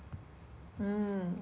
mm